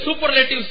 superlatives